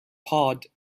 pod